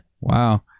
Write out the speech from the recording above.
Wow